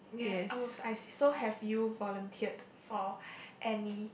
yes oh so I see so have you volunteered for any